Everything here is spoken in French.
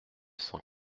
cent